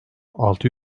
altı